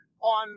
on